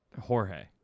Jorge